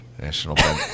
national